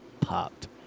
popped